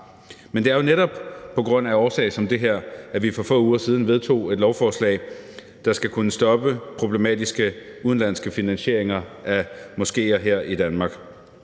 Men det er jo netop på grund af noget som det her, at vi for få uger siden vedtog et lovforslag, der skal kunne stoppe problematiske udenlandske finansieringer af moskéer her i Danmark.